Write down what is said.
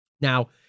Now